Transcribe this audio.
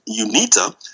UNITA